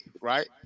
Right